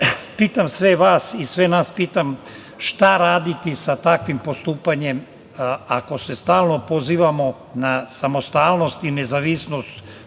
sve vas i sve nas pitam – šta raditi sa takvim postupanjem ako se stalno pozivamo na samostalnost i nezavisnost